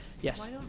Yes